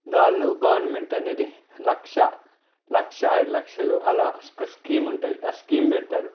వాళ్ళు గవర్నమెంట్ అనేది లక్ష లక్షా ఐదు లక్షలు అలా ఒక స్కీమ్ ఉంటుంది ఆ స్కీమ్ పెడతారు